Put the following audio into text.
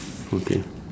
okay